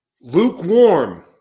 Lukewarm